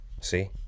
see